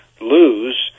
lose